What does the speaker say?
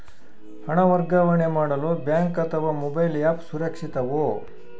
ಹಣ ವರ್ಗಾವಣೆ ಮಾಡಲು ಬ್ಯಾಂಕ್ ಅಥವಾ ಮೋಬೈಲ್ ಆ್ಯಪ್ ಸುರಕ್ಷಿತವೋ?